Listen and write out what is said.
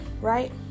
right